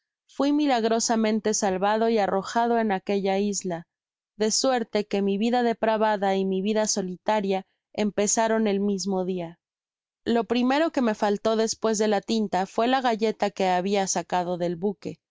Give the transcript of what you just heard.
fui milagrosamente salvado y arrojado en aquella isla de suerte que mi vida depravada y mi vida solitaria empezaron el mismo dia lo primero que me faltó despues de la tinta fué la galleta que habia sacado del buque sin